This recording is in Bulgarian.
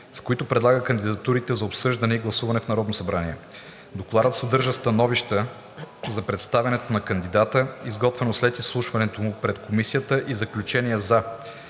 с който предлага кандидатурите за обсъждане и гласуване в Народното събрание. Докладът съдържа становище за представянето на кандидата, изготвено след изслушването му пред Комисията, и заключение за: